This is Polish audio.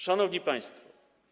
Szanowni Państwo!